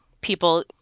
people